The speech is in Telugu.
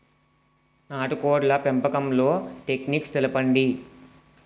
నాటుకోడ్ల పెంపకంలో టెక్నిక్స్ తెలుపండి?